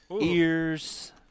ears